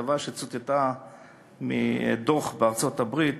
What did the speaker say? כתבה שציטטה דוח שפורסם בארצות-הברית